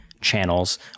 channels